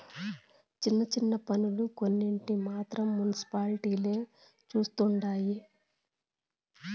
చిన్న చిన్న పన్నులు కొన్నింటిని మాత్రం మునిసిపాలిటీలే చుస్తండాయి